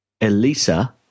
Elisa